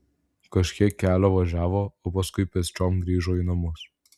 kažkiek kelio važiavo o paskui pėsčiom grįžo į namus